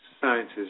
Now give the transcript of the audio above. sciences